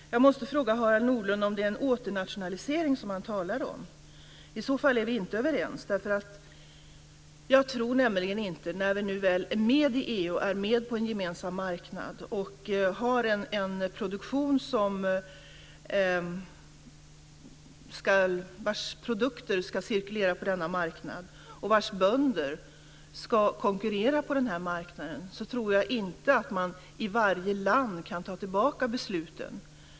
Fru talman! Jag måste fråga Harald Nordlund om det är en åternationalisering som han talar om. I så fall är vi inte överens. Nu är vi med i EU. Vi är med på en gemensam marknad. Vi har en produktion vars produkter ska cirkulera på denna marknad, och bönderna ska konkurrera på denna marknad. Då tror jag inte att man i varje land kan ta tillbaka besluten.